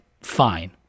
fine